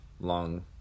long